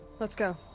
let's go.